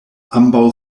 ambaŭ